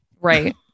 Right